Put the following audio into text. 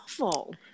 awful